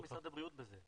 איפה משרד הבריאות בזה?